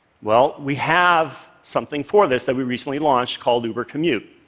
well, we have something for this that we recently launched called ubercommute.